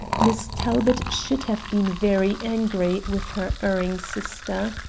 miss talbot should have been very angry with her erring sister.